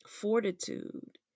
fortitude